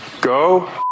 go